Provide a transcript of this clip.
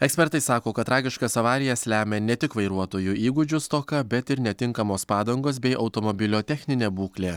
ekspertai sako kad tragiškas avarijas lemia ne tik vairuotojų įgūdžių stoka bet ir netinkamos padangos bei automobilio techninė būklė